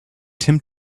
tim